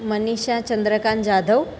Manisha Chandrakant Jadhav